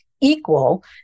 equal